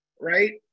Right